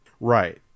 Right